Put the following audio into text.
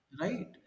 right